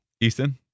Easton